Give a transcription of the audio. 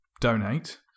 donate